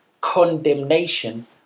condemnation